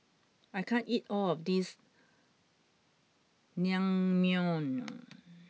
I can't eat all of this Naengmyeon